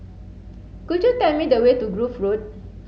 could you tell me the way to Grove Road